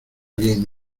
bien